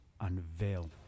unveil